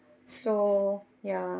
so ya